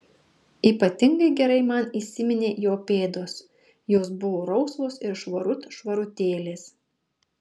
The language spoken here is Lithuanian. ypatingai gerai man įsiminė jo pėdos jos buvo rausvos ir švarut švarutėlės